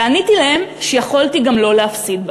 ועניתי להם שיכולתי גם לא להפסיד בה,